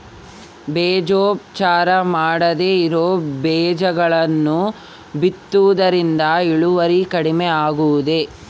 ಬೇಜೋಪಚಾರ ಮಾಡದೇ ಇರೋ ಬೇಜಗಳನ್ನು ಬಿತ್ತುವುದರಿಂದ ಇಳುವರಿ ಕಡಿಮೆ ಆಗುವುದೇ?